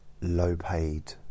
low-paid